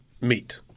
meet